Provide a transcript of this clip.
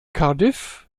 cardiff